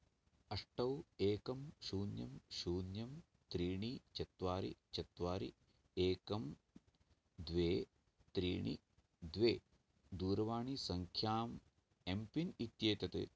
अष्ट एकं शून्यं शून्यं त्राीणि चत्वारि चत्वारि एकं द्वे त्रीणि द्वे दूरवाणीसंख्याम् एम्पिन् इत्येतत्